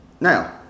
Now